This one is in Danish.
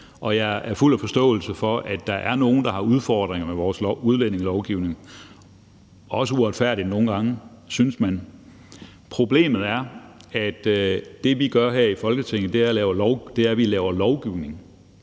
jeg er fuld af forståelse for, at der er nogle, der har udfordringer med vores udlændingelovgivning. Nogle gange er det også uretfærdigt, synes man. Problemet er, at det, vi gør her i Folketinget, er, at vi laver lovgivning,